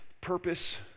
purpose